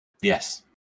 Yes